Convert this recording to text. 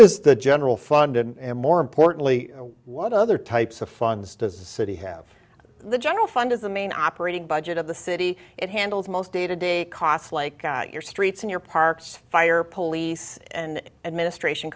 is the general fund and more importantly what other types of funds does the city have the general fund as the main operating budget of the city it handles most day to day costs like your streets and your parks fire police and administration